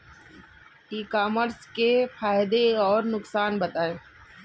ई commerce के फायदे और नुकसान बताएँ?